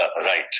right